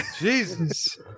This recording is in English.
Jesus